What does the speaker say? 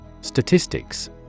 Statistics